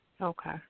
Okay